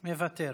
מוותר.